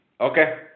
Okay